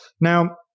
Now